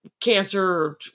cancer